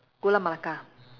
gula melaka